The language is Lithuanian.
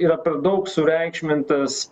yra per daug sureikšmintas